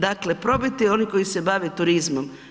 Dakle, probajte i oni koji se bave turizmom.